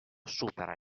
supera